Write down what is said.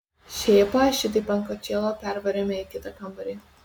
šėpą šitaip ant kočėlo pervarėme į kitą kambarį